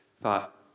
thought